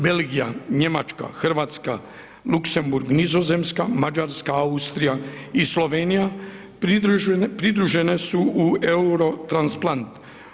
Belgija, Njemačka, RH, Luksemburg, Nizozemska, Mađarska, Austrija i Slovenija pridružene su u Eurotransplant.